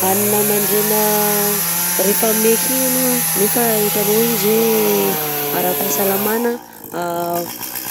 Hanina a mandrena rehefa meka igny anao nefa hitanao hoe izy hoe ara-pahasalamana: a